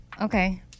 Okay